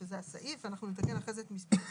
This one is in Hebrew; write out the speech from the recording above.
שזה הסעיף ואנחנו נתקן אחרי זה המספור,